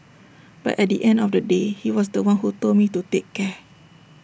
but at the end of the day he was The One who told me to take care